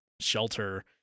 shelter